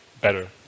better